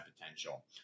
potential